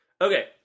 Okay